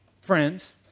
friends